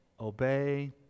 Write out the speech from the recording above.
obey